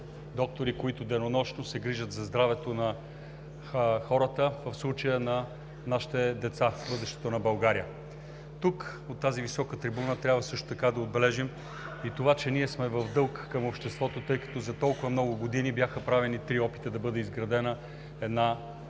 доктори, които денонощно се грижат за здравето на хората, в случая на нашите деца – бъдещето на България. Тук от тази висока трибуна трябва също така да отбележим и това, че ние сме в дълг към обществото, тъй като за толкова много години бяха правени три опита да бъде изградена една детска